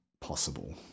possible